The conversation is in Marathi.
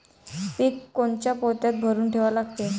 पीक कोनच्या पोत्यात भरून ठेवा लागते?